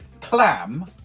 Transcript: clam